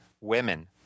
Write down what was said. women